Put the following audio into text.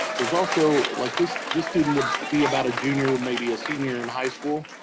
there's also, like this this student would be about a junior maybe a senior in high school.